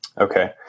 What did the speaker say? Okay